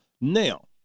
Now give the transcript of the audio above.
now